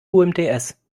umts